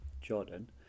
Jordan